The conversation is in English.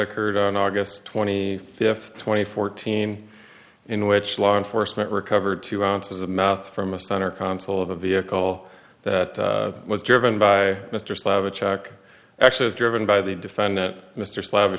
occurred on august twenty fifth twenty fourteen in which law enforcement recovered two ounces of meth from a center console of a vehicle that was driven by mr slavitt check actually is driven by the defendant mr sla